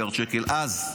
מיליארד שקל אז,